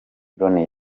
loni